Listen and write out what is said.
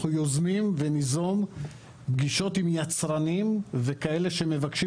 אנחנו יוזמים וניזום פגישות עם יצרנים וכאלה שמבקשים